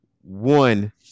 one